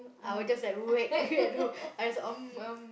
I will just like wake you at home I